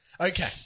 Okay